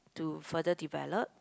to further develop